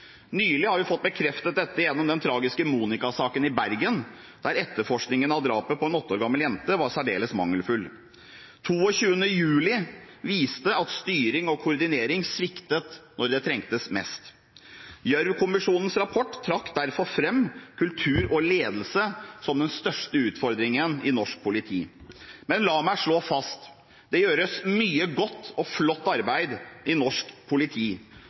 Nylig har vi fått bekreftet dette gjennom den tragiske Monika-saken i Bergen, der etterforskningen av drapet på en 8 år gammel jente var særdeles mangelfull. 22. juli viste at styring og koordinering sviktet da det trengtes mest. Gjørv-kommisjonens rapport trakk derfor fram kultur og ledelse som den største utfordringen i norsk politi. La meg slå fast: Det gjøres mye godt og flott arbeid i norsk politi.